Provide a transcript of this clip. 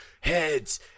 heads